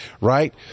right